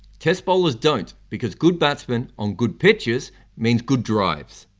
test bowlers don't. because good batsmen on good pitches means good drives,